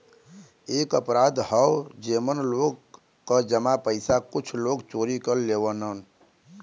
एक अपराध हौ जेमन लोग क जमा पइसा कुछ लोग चोरी कर लेवलन